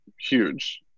huge